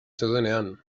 zeudenean